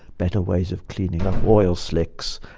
better ways of cleaning up oil slicks,